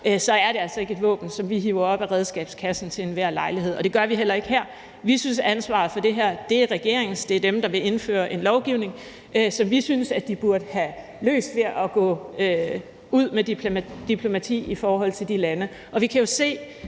er det altså ikke et våben, vi tager ud af skabet til enhver lejlighed, og det gør vi heller ikke her. Vi synes, at ansvaret for det her er regeringens; det er dem, der vil indføre en lovgivning. Vi synes, de burde have løst det og være gået ud med diplomati i forhold til de lande. Vi kan jo se,